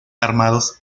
armados